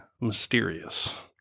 mysterious